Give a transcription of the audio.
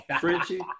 Frenchie